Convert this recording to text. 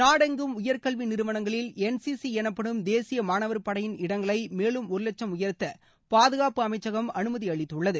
நாடெங்கும் உயர்கல்வி நிறுவனங்களில் என்சிசி எனப்படும் தேசிய மாணவர் படையின் இடங்களை மேலும் ஒரு லட்சும் உயர்த்த பாதுகாப்பு அமைச்சகம் அனுமதி அளித்திருக்கிறது